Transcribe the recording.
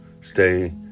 stay